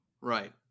Right